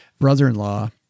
brother-in-law